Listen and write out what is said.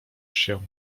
się